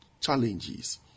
challenges